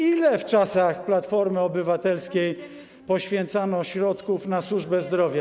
Ile w czasach Platformy Obywatelskiej poświęcano środków na służbę zdrowia?